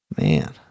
Man